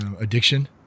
addiction